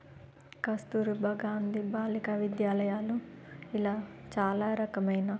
కస్తూరిబా గాంధీ బాలిక విద్యాలయాలు ఇలా చాలా రకమైన